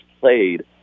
played